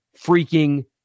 freaking